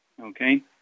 okay